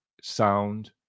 sound